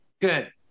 Good